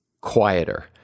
quieter